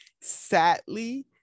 sadly